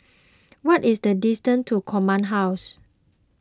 what is the distance to Command House